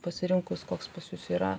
pasirinkus koks pas jus yra